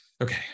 Okay